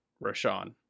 Rashawn